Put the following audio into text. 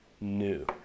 new